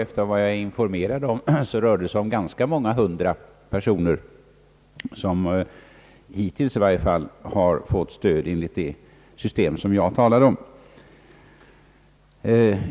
Enligt vad jag är informerad om rör det sig om ganska många hundra personer, som i varje fall hittills fått stöd enligt det system som jag talar om.